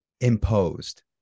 imposed